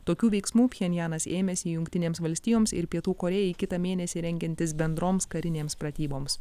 tokių veiksmų pchenjanas ėmėsi jungtinėms valstijoms ir pietų korėjai kitą mėnesį rengiantis bendroms karinėms pratyboms